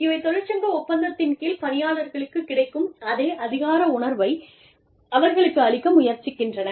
இவை தொழிற்சங்க ஒப்பந்தத்தின் கீழ் பணியாளர்களுக்கு கிடைக்கும் அதே அதிகார உணர்வை அவர்களுக்கு அளிக்க முயற்சிக்கின்றன